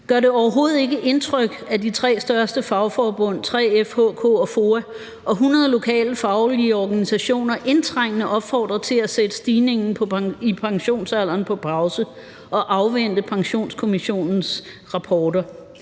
Gør det overhovedet ikke indtryk, at de tre største fagforbund, 3F, HK og FOA, og 100 lokale faglige organisationer indtrængende opfordrer til at sætte stigningen i pensionsalderen på pause og afvente Pensionskommissionens rapporter